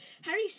Harry